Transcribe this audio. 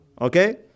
Okay